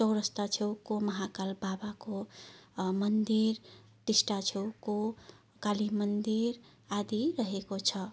चौरस्ताछेउको महाकाल बाबाको मन्दिर टिस्टाछेउको काली मन्दिर आदि रहेको छ